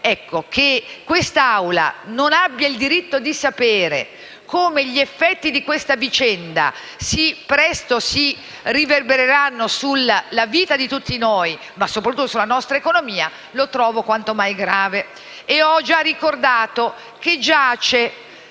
che quest'Assemblea non abbia il diritto di sapere come gli effetti di questa vicenda presto si riverbereranno sulla vita di tutti noi e soprattutto sulla nostra economia. Ho già ricordato che giace